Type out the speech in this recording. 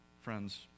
Friends